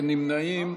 אין נמנעים.